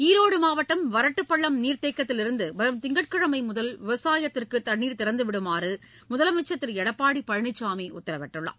ஈரோடு மாவட்டம் வறட்டுப்பள்ளம் நீர்த்தேக்கத்திலிருந்து வரும் திங்கட்கிழமை முதல் விவசாயத்திற்கு தண்ணீர் திறந்துவிடுமாறு முதலமைச்சர் திரு எடப்பாடி பழனிசாமி உத்தரவிட்டுள்ளார்